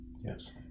Yes